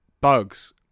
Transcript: Bugs